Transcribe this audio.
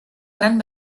gran